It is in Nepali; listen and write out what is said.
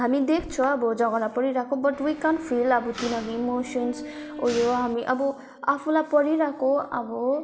हामी देख्छ अब झगडा परिरहेको बट वी कान्ट फिल अब तिनीहरूको इमोसन्स उयो हामी अब आफूलाई परिरहेको अब